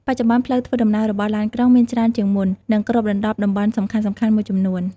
បច្ចុប្បន្ន ផ្លូវធ្វើដំណើររបស់ឡានក្រុងមានច្រើនជាងមុន និងគ្របដណ្តប់តំបន់សំខាន់ៗមួយចំនួន។